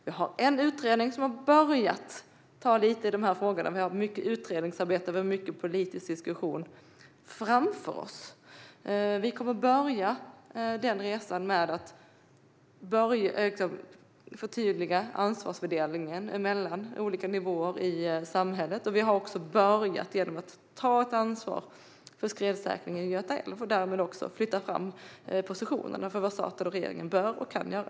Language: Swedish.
Vi har en utredning som har börjat ta lite i de här frågorna. Vi har mycket utredningsarbete och politisk diskussion framför oss. Regeringen kommer att börja den resan med att förtydliga ansvarsfördelningen mellan olika nivåer i samhället. Vi har också börjat genom att ta ett ansvar för skredsäkring i Göta älv och därmed flyttat fram positionerna för vad staten och regeringen bör och kan göra.